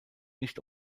nicht